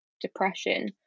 depression